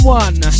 one